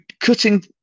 cutting